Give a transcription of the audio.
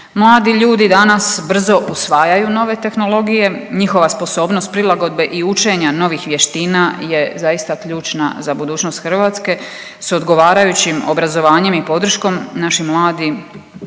Mladi ljudi danas brzo usvajaju nove tehnologije, njihova sposobnost prilagodbe i učenja novih vještina je zaista ključna za budućnost Hrvatske s odgovarajućim obrazovanjem i podrškom naši mladi